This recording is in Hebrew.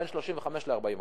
בין 35% ל-40%,